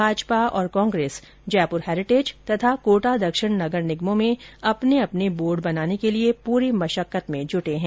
भाजपा और कांग्रेस जयपुर हैरिटेज तथा कोटा दक्षिण में अपने अपने बोर्ड बनाने के लिये पूरी मशक्कत में जुटे हैं